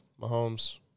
Mahomes